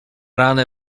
ranę